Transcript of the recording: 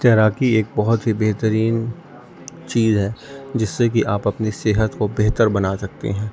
تیراکی ایک بہت ہی بہترین چیز ہے جس سے کہ آپ اپنی صحت کو بہتر بنا سکتے ہیں